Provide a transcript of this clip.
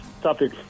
topic